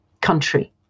country